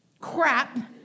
crap